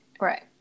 Right